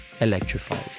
electrified